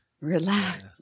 relax